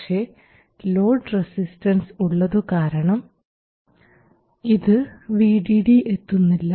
പക്ഷേ load resistance ഉള്ളതുകാരണം ഇത് VDD എത്തുന്നില്ല